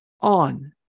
On